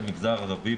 על מגזר ערבי.